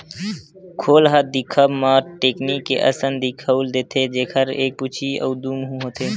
खोल ह दिखब म टेकनी के असन दिखउल देथे, जेखर एक पूछी अउ दू मुहूँ होथे